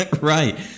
right